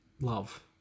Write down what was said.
love